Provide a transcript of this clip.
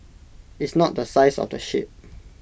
it's not the size of the ship